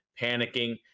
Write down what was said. panicking